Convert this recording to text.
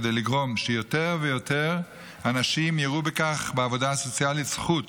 כדי לגרום שיותר ויותר אנשים יראו בעבודה הסוציאלית זכות,